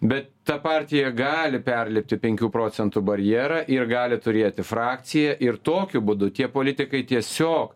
bet ta partija gali perlipti penkių procentų barjerą ir gali turėti frakciją ir tokiu būdu tie politikai tiesiog